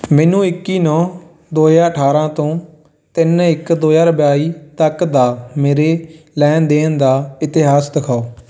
ਮੈਨੂੰ ਇੱਕੀ ਨੌਂ ਦੋ ਹਜ਼ਾਰ ਅਠਾਰ੍ਹਾਂ ਤੋਂ ਤਿੰਨ ਇੱਕ ਦੋ ਹਜ਼ਾਰ ਬਾਈ ਤੱਕ ਦਾ ਮੇਰੇ ਲੈਣ ਦੇਣ ਦਾ ਇਤਿਹਾਸ ਦਿਖਾਓ